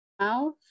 mouth